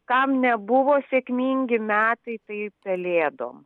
kam nebuvo sėkmingi metai tai pelėdom